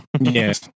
yes